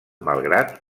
malgrat